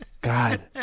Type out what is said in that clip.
God